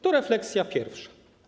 To refleksja pierwsza.